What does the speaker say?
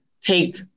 take